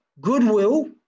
goodwill